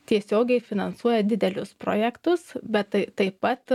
tiesiogiai finansuoja didelius projektus bet tai taip pat